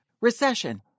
Recession